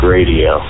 Radio